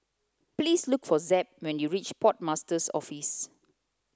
please look for Zeb when you reach Port Master's Office